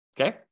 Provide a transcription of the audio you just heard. okay